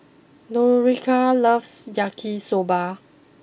Nautica loves Yaki Soba